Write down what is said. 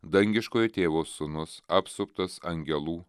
dangiškojo tėvo sūnus apsuptas angelų